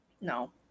no